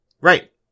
Right